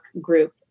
group